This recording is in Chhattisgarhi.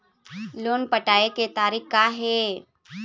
लोन पटाए के तारीख़ का हे?